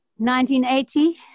1980